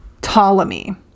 Ptolemy